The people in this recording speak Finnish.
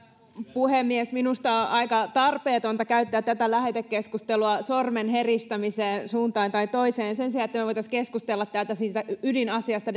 puhemies minusta on aika tarpeetonta käyttää tätä lähetekeskustelua sormen heristämiseen suuntaan tai toiseen sen sijaan että me voisimme keskustella täällä ydinasiasta